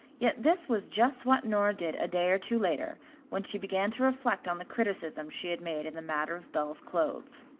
yet this was just what nora did a day or two later when she began to reflect on the criticisms she had made in the matter of belle's clothes.